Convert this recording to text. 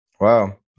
wow